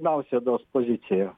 nausėdos poziciją